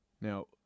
Now